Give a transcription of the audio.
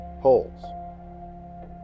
holes